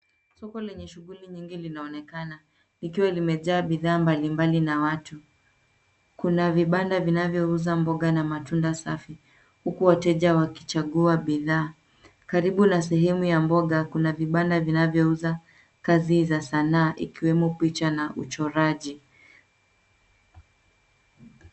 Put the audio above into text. Soko lenye shughuli nyingi linaonekana likiwa limejaa bidhaa mbali mbali na watu. Kuna vibanda vinavyo uza mboga na matunda safi huku wateja wakichagua bidhaa. Karibu na sehemu ya mboga kuna vibanda vinavyo uza kazi za sanaa ikiwemo picha na uchoraji.